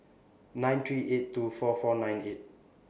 nine three eight two four four nine eight